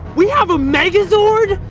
we have a megazord?